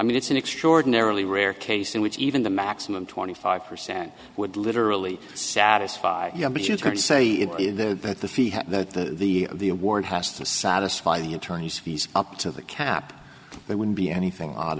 mean it's an extraordinarily rare case in which even the maximum twenty five percent would literally satisfy you but you could say that the feed that the the award has to satisfy the attorneys fees up to the cap there wouldn't be anything odd